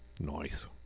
Nice